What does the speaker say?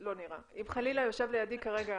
לא נירה אם חלילה יושב לידי כרגע